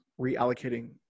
reallocating